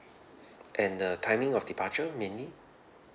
and the timing of departure mainly